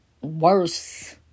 worse